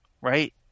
right